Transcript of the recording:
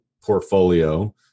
portfolio